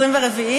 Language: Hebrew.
24?